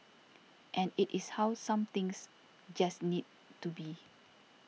and it is how some things just need to be